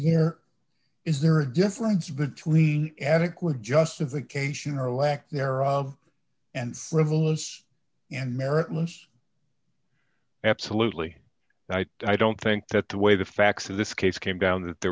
year is there a difference between adequate justification or lack thereof and frivolous and meritless absolutely i don't think that the way the facts of this case came down that there